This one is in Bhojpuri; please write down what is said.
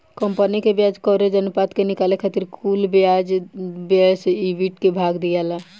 कंपनी के ब्याज कवरेज अनुपात के निकाले खातिर कुल ब्याज व्यय से ईबिट के भाग दियाला